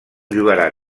jugarà